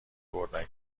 بردن